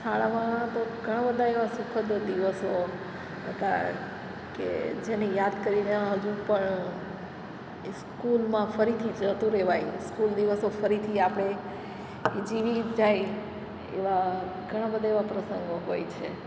શાળામાં તો ઘણા બધા એવા સુખદ દિવસો હતા કે જેને યાદ કરીને હજુ પણ એ સ્કૂલમાં ફરીથી જતું રહેવાય સ્કૂલ દિવસો ફરીથી આપણે આપણે જીવી જઈએ એવા ઘણા બધા એવા પ્રસંગો હોય છે